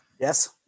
Yes